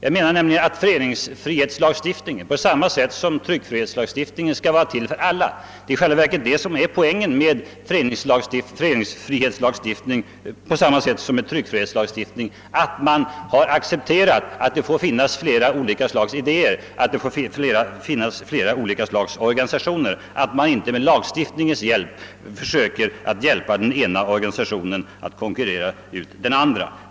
För min del menar jag att föreningsfrihetslagstiftningen på samma sätt som tryckfrihetslagstiftningen skall vara till för alla. Poängen med dessa friheter är nämligen att man har accepterat att det får finnas olika slags idéer, olika slags organisationer, och att man inte lagstiftningsvägen skall försöka hjälpa den ena organisationen att konkurrera ut den andra.